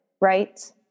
right